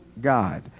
God